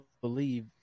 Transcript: believe